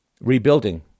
Rebuilding